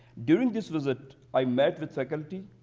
during this visit, i met with faculty,